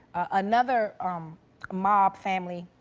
another um mob family